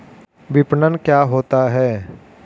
विपणन क्या होता है?